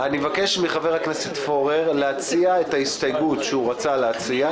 אני מבקש מחבר הכנסת פורר להציע את ההסתייגות שהוא רצה להציע,